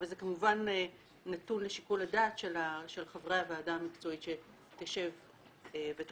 אבל זה כמובן נתון לשיקול הדעת של חברי הוועדה המקצועית שתשב ותחליט.